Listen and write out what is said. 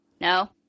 No